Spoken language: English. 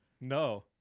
No